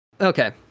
Okay